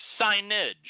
signage